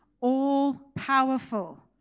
all-powerful